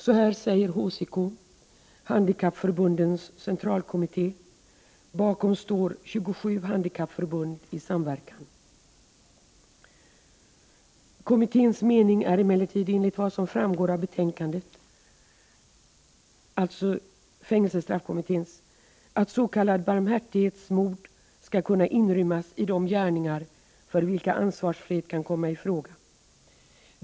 Så här säger HCK, Handikappförbundens centralkommitté — bakom står 27 handikappförbund i samverkan: ”Kommitténs mening är emellertid enligt vad som framgår av betänkandet att s.k. barmhärtighetsmord skall kunna inrymmas i de gärningar för vilka ansvarsfrihet kan komma i fråga.